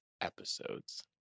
episodes